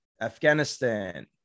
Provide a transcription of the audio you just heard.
Afghanistan